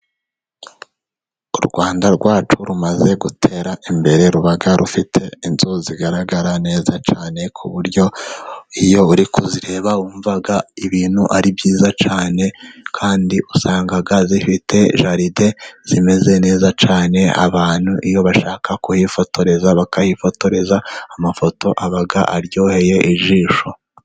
U Rwanda rwacu rumaze gutera imbere, ruba rufite inzu zigaragara neza cyane, ku buryo iyo uri kuzireba wumvaga ibintu ari byiza cyane, kandi usanga zifite jaride zimeze neza cyane, abantu iyo bashaka kuhifotoreza, bakahifotoreza amafoto aba aryoheye ijisho.